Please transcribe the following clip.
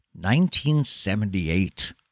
1978